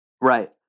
Right